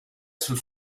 sul